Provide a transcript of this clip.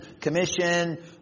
commission